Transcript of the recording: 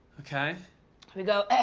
ok. here we go.